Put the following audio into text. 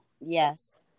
Yes